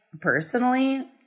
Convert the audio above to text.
personally